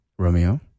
Romeo